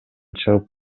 чыгып